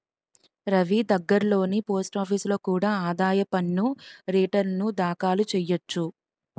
రవీ దగ్గర్లోని పోస్టాఫీసులో కూడా ఆదాయ పన్ను రేటర్న్లు దాఖలు చెయ్యొచ్చు